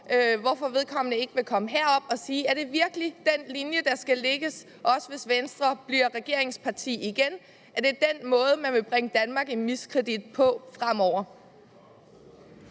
hvorfor vedkommende ikke kan komme op på talerstolen og sige, om det virkelig er den linje, der skal lægges, også hvis Venstre bliver regeringsparti igen. Er det den måde, man vil bringe Danmark i miskredit på fremover?